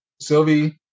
Sylvie